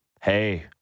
hey